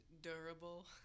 durable